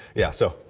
yeah so,